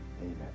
Amen